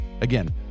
Again